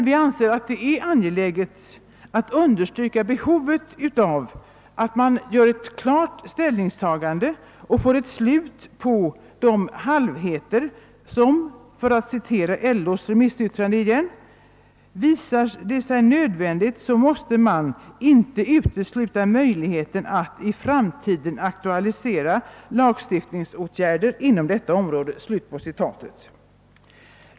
Vi anser det emellertid angeläget att understryka behovet av att man gör ett klart ställningstagande och får ett slut på halvheterna, ty — för att återigen citera LO:s remissyttrande — »visar det sig nödvändigt så måste man ——— inte utesluta möjligheten att i framtiden aktualisera Jlagstiftningsåtgärder inom detta område».